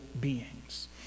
beings